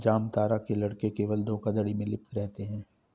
जामतारा के लड़के केवल धोखाधड़ी में लिप्त रहते हैं